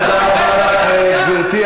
תודה רבה לך, גברתי.